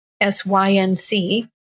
S-Y-N-C